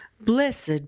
Blessed